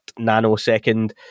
nanosecond